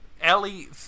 Ellie